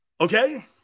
Okay